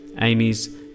Amy's